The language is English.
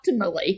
optimally